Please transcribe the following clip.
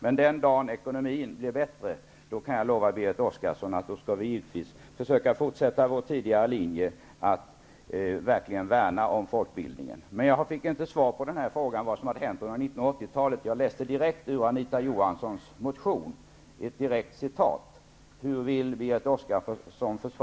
Den dag som ekonomin blir bättre, kan jag lova Berit Oscarsson att vi givetvis skall försöka fortsätta vår tidigare linje att verkligen värna om folkbildningen. Jag fick inte svar på frågan om vad som hade hänt under 80-talet. Jag citerade direkt ur motionen av